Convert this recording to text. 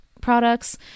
products